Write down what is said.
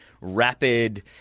rapid